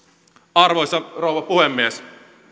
arvoisa rouva puhemies